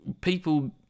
People